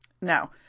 Now